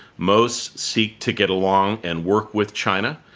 most seek to get along and work with china,